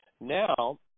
now